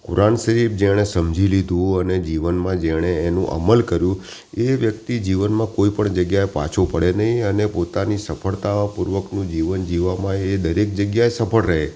કુરાન શરીફ જેણે સમજી લીધું અને જીવનમાં જેણે એનું અમલ કર્યું એ વ્યક્તિ જીવનમાં કોઈપણ જગ્યાએ પાછો પડે નહીં અને પોતાની સફળતાપૂર્વકનું જીવન જીવવામાં એ દરેક જગ્યાએ સફળ રહે